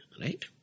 right